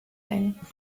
thing